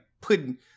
putting